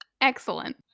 excellent